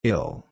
Ill